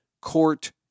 Court